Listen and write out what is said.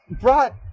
brought